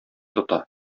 тота